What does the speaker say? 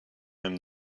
him